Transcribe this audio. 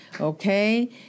okay